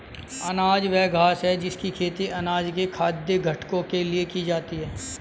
अनाज वह घास है जिसकी खेती अनाज के खाद्य घटकों के लिए की जाती है